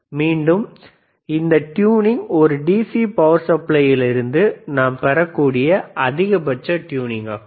மீண்டும் இந்த டியூனிங் ஒரு டிசி பவர் சப்ளையிலிருந்து நாம் பெறக்கூடிய சிறந்த ட்யூனிங் ஆகும்